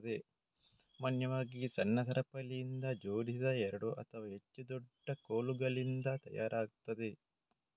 ಸಾಮಾನ್ಯವಾಗಿ ಸಣ್ಣ ಸರಪಳಿಯಿಂದ ಜೋಡಿಸಿದ ಎರಡು ಅಥವಾ ಹೆಚ್ಚು ದೊಡ್ಡ ಕೋಲುಗಳಿಂದ ತಯಾರಾಗ್ತದೆ